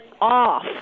off